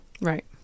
right